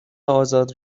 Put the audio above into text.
آزاد